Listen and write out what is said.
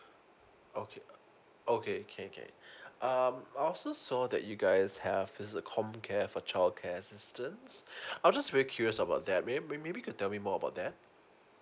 okay okay okay okay um I also saw that you guys have is it a comcare for childcare assistance I'm just very curious about that may may maybe you can tell me more about that